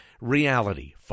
reality